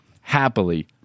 happily